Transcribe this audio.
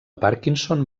parkinson